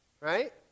Right